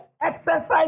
exercise